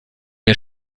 wir